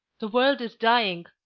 the world is dying.